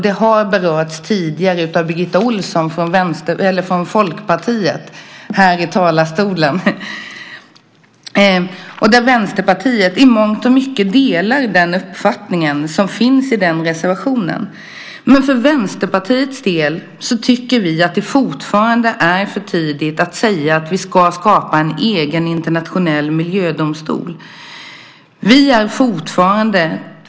Det har berörts tidigare från talarstolen av Birgitta Ohlsson från Folkpartiet. Vänsterpartiet delar i mångt och mycket den uppfattning som finns i reservationen om detta. Men vi i Vänsterpartiet tycker att det fortfarande är för tidigt att säga att vi ska skapa en egen internationell miljödomstol.